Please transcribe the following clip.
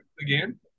again